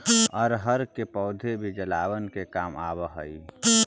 अरहर के पौधा भी जलावन के काम आवऽ हइ